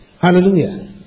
Hallelujah